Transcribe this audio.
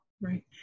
Right